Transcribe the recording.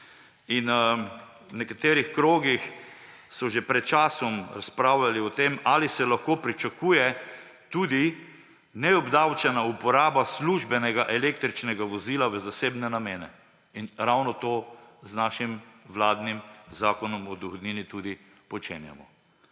V nekaterih krogih so že pred časom razpravljali o tem, ali se lahko pričakuje tudi neobdavčena uporaba službenega električnega vozila v zasebne namene. In ravno to z našim vladnim zakonom o dohodnini tudi počenjamo.